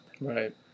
Right